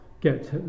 get